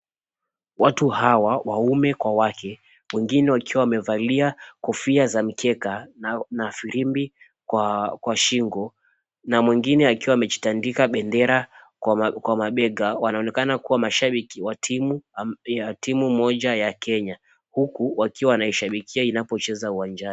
Watu hawa waume kwa wake wengine wamevalia kofia za mikeka na firimbi kwa shingo, na mwingine akiwa amejitandika bendera kwa mabega, wanaonekana kuwa mashabiki wa timu moja ya Kenya huku wakiwa wanasherehekea inapocheza uwanjani.